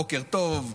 בוקר טוב,